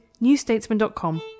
newstatesman.com